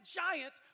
giant